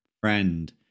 friend